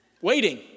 waiting